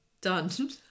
done